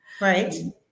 Right